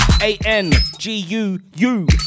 A-N-G-U-U